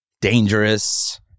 Dangerous